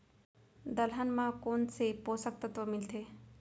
दलहन म कोन से पोसक तत्व मिलथे?